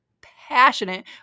passionate